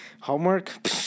Homework